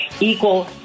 equal